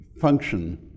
Function